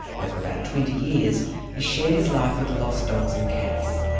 where for about twenty years he shared his life with lost dogs and cats.